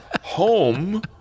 home